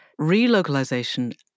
relocalization